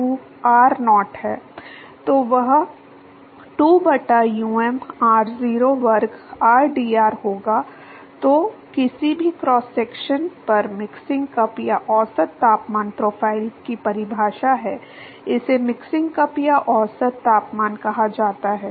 तो वह 2 बटा um r0 वर्ग rdr होगा तो किसी भी क्रॉस सेक्शन पर मिक्सिंग कप या औसत तापमान प्रोफाइल की परिभाषा है इसे मिक्सिंग कप या औसत तापमान कहा जाता है